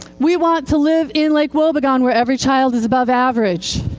we want to live in lake wobegon where every child is above average.